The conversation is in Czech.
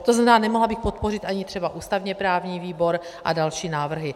To znamená, nemohla bych podpořit ani třeba ústavněprávní výbor a další návrhy.